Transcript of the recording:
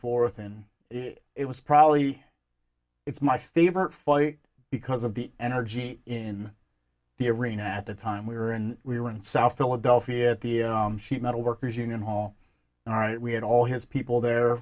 forth and it was probably it's my favorite fight because of the energy in the arena at the time we were in we were in south philadelphia at the sheet metal workers union hall all right we had all his people there